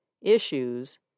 Issues